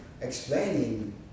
explaining